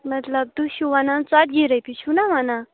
مطلب تُہۍ چھُو وَنان ژَتجی رۄپیہِ چھُو نَہ وَنان